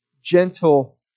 Gentle